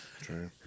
True